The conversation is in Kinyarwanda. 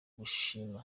gushima